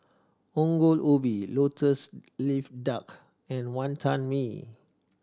Ongol Ubi Lotus Leaf Duck and Wantan Mee